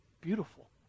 beautiful